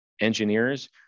engineers